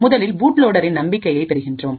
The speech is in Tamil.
முதலில்பூட்லோடேரின் நம்பிக்கையை பெறுகின்றோம்